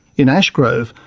in ashgrove,